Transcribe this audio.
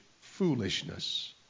foolishness